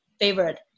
favorite